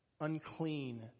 unclean